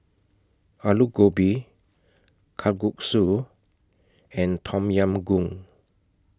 Alu Gobi Kalguksu and Tom Yam Goong